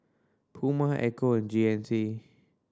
Puma Ecco and G N C